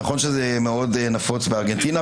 נכון שזה מאוד נפוץ בארגנטינה,